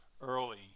early